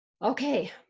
Okay